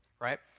right